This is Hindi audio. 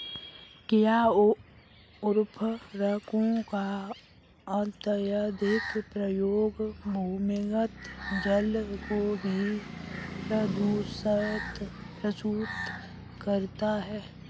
क्या उर्वरकों का अत्यधिक प्रयोग भूमिगत जल को भी प्रदूषित करता है?